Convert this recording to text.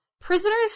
Prisoners